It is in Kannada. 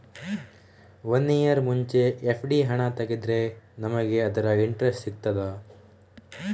ವನ್ನಿಯರ್ ಮುಂಚೆ ಎಫ್.ಡಿ ಹಣ ತೆಗೆದ್ರೆ ನಮಗೆ ಅದರ ಇಂಟ್ರೆಸ್ಟ್ ಸಿಗ್ತದ?